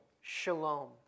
shalom